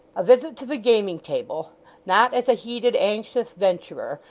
a visit to the gaming-table not as a heated, anxious venturer,